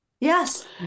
Yes